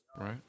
Right